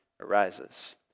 arises